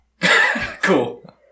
Cool